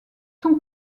sont